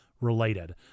related